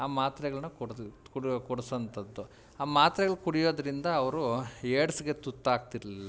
ಆ ಮಾತ್ರೆಗಳನ್ನ ಕೊಡ್ತಿದ್ದರು ಕುಡಿಯೊ ಕೊಡ್ಸೋವಂಥದ್ದು ಆ ಮಾತ್ರೆಗಳು ಕುಡಿಯೋದರಿಂದ ಅವರು ಏಡ್ಸಿಗೆ ತುತ್ತಾಗ್ತಿರಲಿಲ್ಲ